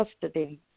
custody